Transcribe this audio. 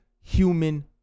human